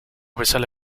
bezala